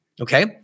okay